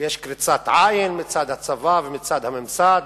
ויש קריצת עין מצד הצבא ומצד הממסד,